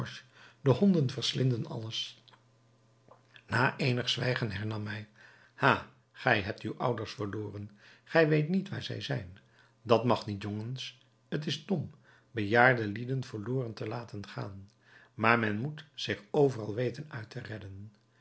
de honden verslinden alles na eenig zwijgen hernam hij ha gij hebt uw ouders verloren gij weet niet waar zij zijn dat mag niet jongens t is dom bejaarde lieden verloren te laten gaan maar men moet zich overal weten uit te redden